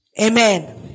Amen